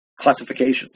classifications